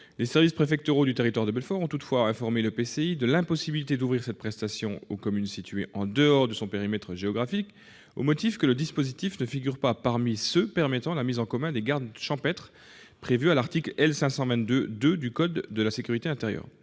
Les services préfectoraux du Territoire de Belfort ont toutefois informé l'EPCI de l'impossibilité d'ouvrir cette prestation aux communes situées en dehors de son périmètre géographique, au motif que le dispositif ne figurait pas parmi ceux qui permettent la mise en commun des gardes champêtres, prévue par l'article L. 522-2 du code de la sécurité intérieure.